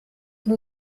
nur